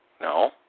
No